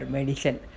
Medicine